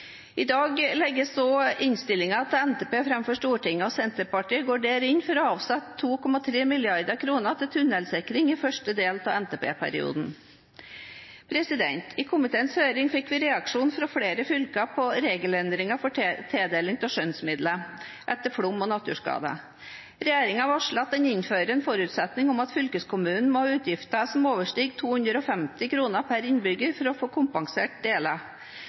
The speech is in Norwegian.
I dag legges også innstillingen til NTP fram for Stortinget. Senterpartiet går der inn for å avsette 2,3 mrd. kr til tunellsikring i første del av NTP-perioden. I komiteens høring fikk vi reaksjon fra flere fylker på regelendringer for tildeling av skjønnsmidler etter flom- og naturskader. Regjeringen varsler at den innfører en forutsetning om at fylkeskommunene må ha utgifter som overstiger 250 kr per innbygger, for å få delvis kompensert.